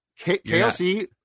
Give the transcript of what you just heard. KLC